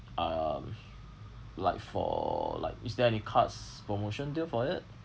um like for like is there any cards promotion deal for it